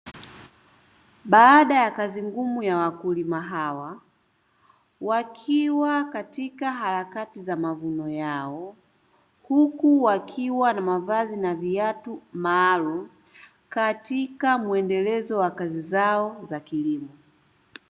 Baada ya kazi ngumu ya wakulima hawa, wakiwa katika harakati za mavuno yao huku wakiwa na mavazi na viatu maalumu katika mwendelezo wa kazi zao za kilimo.